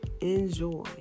enjoy